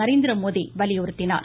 நரேந்திரமோடி வலியுறுத்தினார்